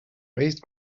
raised